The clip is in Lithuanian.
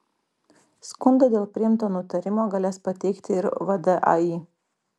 skundą dėl priimto nutarimo galės pateikti ir vdai